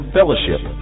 Fellowship